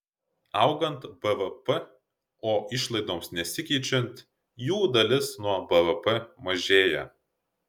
augant bvp o išlaidoms nesikeičiant jų dalis nuo bvp mažėja